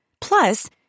Plus